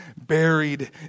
buried